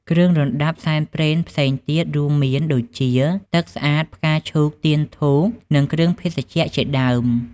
គ្រឿងរណ្តាប់សែនផ្សេងទៀតរួមមានដូចជា ទឹកស្អាត ផ្កាឈូក ទៀន ធូប និងគ្រឿងភេសជ្ជៈជាដើម។